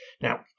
Now